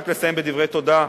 רק לסיים בדברי תודה,